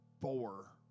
four